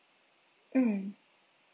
mm